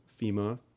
FEMA